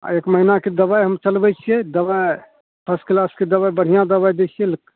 आओर एक महिनाके दवाइ हम चलबै छिए दवाइ फर्स्ट किलासके दवाइ बढ़िआँ दवाइ दै छिए